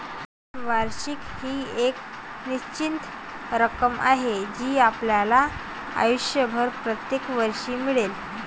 वार्षिकी ही एक निश्चित रक्कम आहे जी आपल्याला आयुष्यभर प्रत्येक वर्षी मिळेल